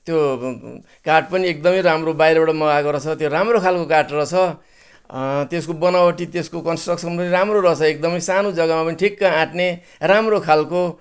त्यो काठ पनि एकदमै राम्रो बाहिरबाट मगाएको रहेछ त्यो राम्रो खालको काठ रहेछ त्यसको बनावटी त्यसको कन्सट्रक्सन पनि राम्रो रहेछ एकदमै सानो जग्गामा ठिक्क आँट्ने राम्रो खालको